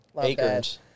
Acres